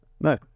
No